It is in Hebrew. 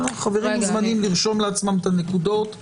חברים מוזמנים לרשום לעצמם את הנקודות ולהבהיר.